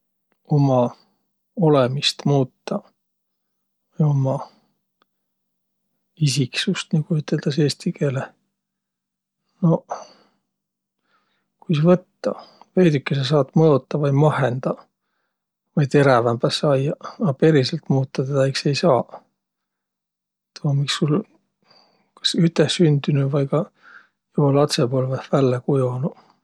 Umma olõmist muutaq, umma "isiksust", nigu üteldäs eeti keeleh. Noq, kuis võttaq. Veidükese saat mõotaq vai mehhendaq vai terävämbäs ajjaq, a periselt muutaq tedä iks ei saaq. Tuu um iks sul kas üteh sündünüq vai ka joba latsõpõlvõh vällä kujonuq.